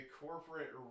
corporate